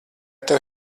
tev